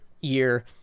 year